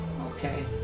Okay